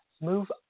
move